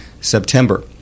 September